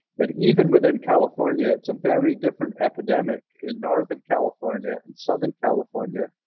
but even within california it's a very different epidemic in northern california and southern california,